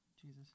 Jesus